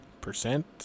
Percent